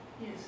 Yes